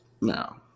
No